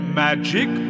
magic